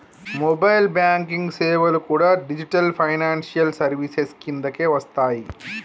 mobile banking సేవలు కూడా digital financial services కిందకే వస్తయ్యి